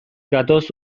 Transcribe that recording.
gatoz